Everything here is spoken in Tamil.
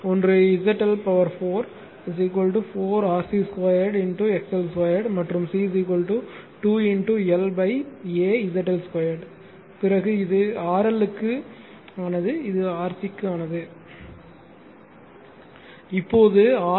ஒன்று ZL பவர் 4 4 RC 2 XL 2 மற்றும் C 2 LaZL 2 பிறகு இது RL க்கு ஆனது இது RC க்கு ஆனது இப்போது ஆர்